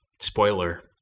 Spoiler